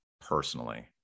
personally